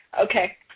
Okay